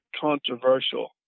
controversial